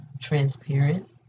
transparent